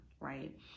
Right